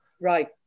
Right